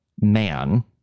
man